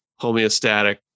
homeostatic